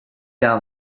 down